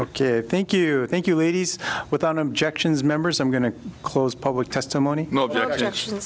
ok thank you thank you ladies without objections members i'm going to close public testimony